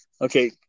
Okay